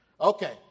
Okay